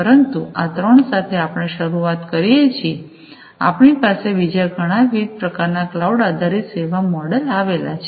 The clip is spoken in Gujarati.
પરંતુ આ ત્રણ સાથે આપણે શરૂઆત કરીએ પછી આપણી પાસે બીજા ઘણા વિવિધ પ્રકારના ક્લાઉડ આધારીત સેવા મોડલ આવેલા છે